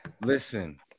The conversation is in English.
Listen